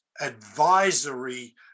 advisory